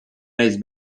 naiz